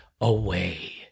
away